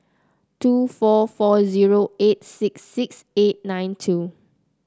two four four zero eight six six eight nine two